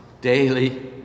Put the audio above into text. Daily